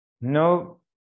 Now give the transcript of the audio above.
no